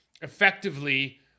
effectively